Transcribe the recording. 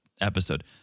episode